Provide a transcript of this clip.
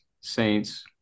Saints